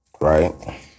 right